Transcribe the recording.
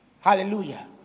Hallelujah